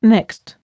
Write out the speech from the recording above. Next